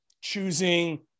choosing